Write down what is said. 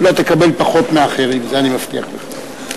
לא תקבל פחות מאחרים, את זה אני מבטיח לך.